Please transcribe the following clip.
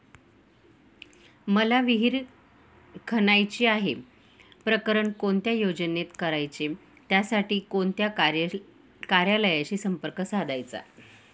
मला विहिर खणायची आहे, प्रकरण कोणत्या योजनेत करायचे त्यासाठी कोणत्या कार्यालयाशी संपर्क साधायचा?